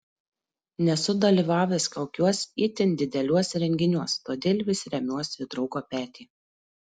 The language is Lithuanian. nesu dalyvavęs kokiuos itin dideliuos renginiuos todėl vis remiuos į draugo petį